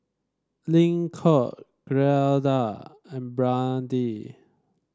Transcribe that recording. Lincoln Gilda and Brandee